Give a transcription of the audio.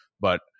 But-